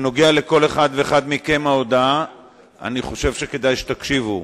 נוגעת לכל אחד ואחד מכם, אני חושב שכדאי שתקשיבו.